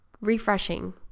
refreshing